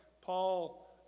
Paul